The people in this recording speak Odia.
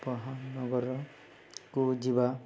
ପହାନଗରକୁ ଯିବା